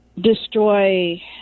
destroy